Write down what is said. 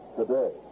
today